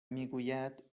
میگوید